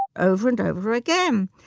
over, and over again.